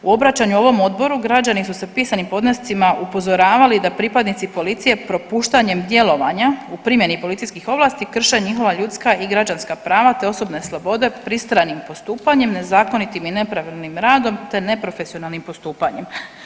U obraćanju ovom Odboru građani su se pisanim podnescima upozoravali da pripadnici policije propuštanjem djelovanja u primjeni policijskih ovlasti krše njihova ljudska i građanska prava te osobne slobode pristranim postupanjem, nezakonitim i nepravilnim radom te neprofesionalnim postupanjem.